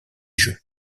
jeux